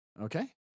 Okay